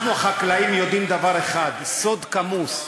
אנחנו החקלאים יודעים דבר אחד, סוד כמוס: